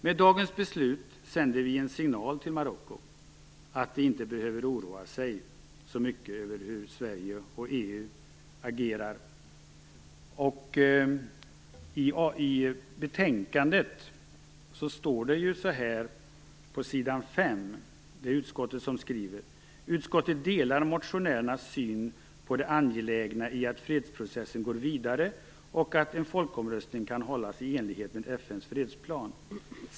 Med dagens beslut sänder vi en signal till Marocko, att de inte behöver oroa sig så mycket över Sveriges och EU:s agerande. På s. 5 i betänkandet skriver utskottet: "Utskottet delar motionärernas syn på det angelägna i att fredsprocessen går vidare och att en folkomröstning kan hållas i enlighet med FN:s fredsplan.